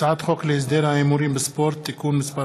הצעת חוק להסדר ההימורים בספורט (תיקון מס'